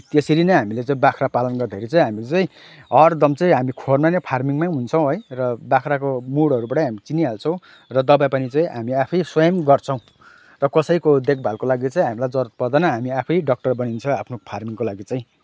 त्यसरी नै हामीले चाहिँ बाख्रा पालन गर्दाखेरि चाहिँ हामीले चाहिँ हरदम चाहिँ हामी खोरमा नै फार्मिङमै हुन्छौँ है र बाख्राको मुडहरूबाटै हामीले चिनिहाल्छौँ र दबाईपानी चाहिँ हामी आफै स्वयम् गर्छौँ र कसैको देखभालको लागि चाहिँ हामीलाई जरुरत पर्दैन हामी आफै डक्टर बनिन्छ आफ्नो फार्मिङको लागि चाहिँ